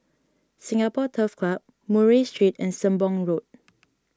Singapore Turf Club Murray Street and Sembong Road